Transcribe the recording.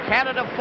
Canada